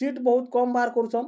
seat ବହୁତ୍ କମ୍ ବାହାର୍ କରୁଛନ୍